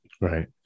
Right